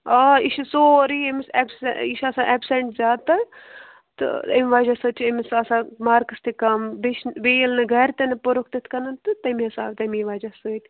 آ یہِ چھُ سورُے أمِس ایٚپس یہِ چھُ آسان ایٚبسَنٹ زیادٕ تَر تہٕ اَمہِ وجہہ سۭتۍ چھُ أمِس آسان مارٕکس تہِ کم بیٚیہِ چھِ بیٚیہِ ییٚلہِ نہٕ گَرِ تہِ نہٕ پوٚرُکھ تِتھٕ کٔنۍ تہٕ تَمہِ حِسابہٕ تٔمی وجہہ سۭتۍ